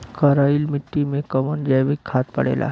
करइल मिट्टी में कवन जैविक खाद पड़ेला?